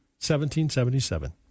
1777